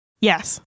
yes